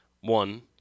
One